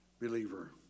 believer